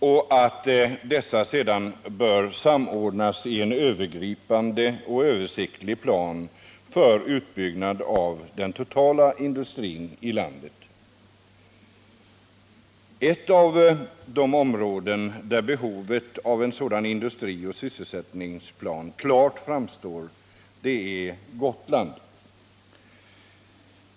Dessa bör sedan samordnas i en övergripande och översiktlig plan för en utbyggnad av den totala industrin i landet. Ett av de områden där behovet av en sådan industrioch sysselsättnings plan klart framstår är Gotland.